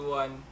one